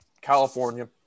California